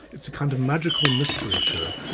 it's a kind of magical mystery show,